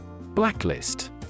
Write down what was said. Blacklist